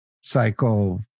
cycle